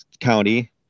county